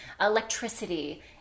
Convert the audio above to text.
electricity